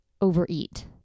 overeat